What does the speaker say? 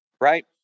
right